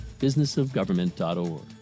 businessofgovernment.org